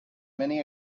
many